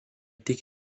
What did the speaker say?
tik